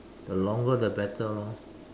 the longer the better lor